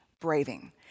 BRAVING